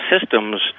systems